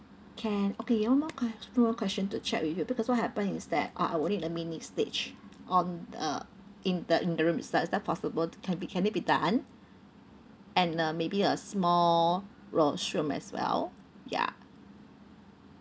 can okay one more ques~ one more question to check with you because what happens is that uh I would need a mini stage on the in the in the room itself is that possible can be can it be done and uh maybe a small washroom as well ya